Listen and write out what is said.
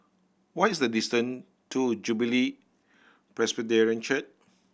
what is the distant to Jubilee Presbyterian Church